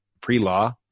pre-law